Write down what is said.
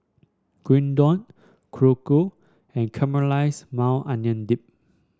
Gyudon Korokke and Caramelize Maui Onion Dip